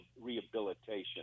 rehabilitation